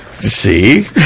See